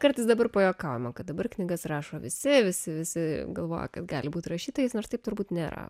kartais dabar pajuokaujama kad dabar knygas rašo visi visi visi galvoja kad gali būti rašytojais nors taip turbūt nėra